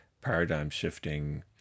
paradigm-shifting